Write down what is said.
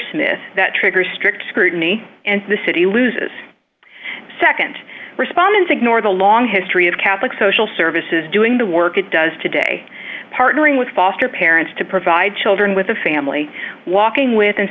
smith that triggers strict scrutiny and the city loses nd respondent's ignore the long history of catholic social services doing the work it does today partnering with foster parents to provide children with a family walking with and